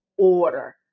order